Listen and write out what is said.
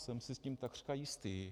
Jsem si tím takřka jistý.